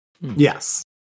Yes